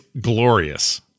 glorious